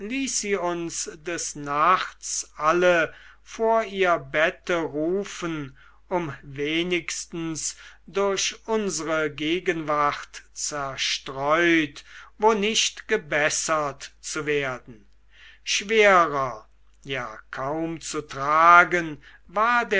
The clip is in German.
uns des nachts alle vor ihr bette rufen um wenigstens durch unsre gegenwart zerstreut wo nicht gebessert zu werden schwerer ja kaum zu tragen war